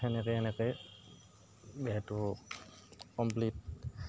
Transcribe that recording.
তেনেকৈ এনেকৈ B A টো কমপ্লিট